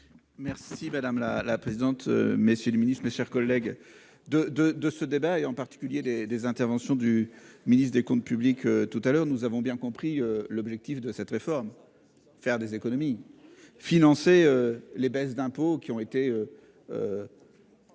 Merci madame la présidente. Monsieur le Ministre, mes chers collègues de de de ce débat et en particulier des, des interventions du ministre des Comptes publics tout à l'heure, nous avons bien compris. L'objectif de cette réforme. Faire des économies. Financer les baisses d'impôts qui ont été. Alignées